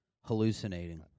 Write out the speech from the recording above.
hallucinating